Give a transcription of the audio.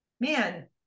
man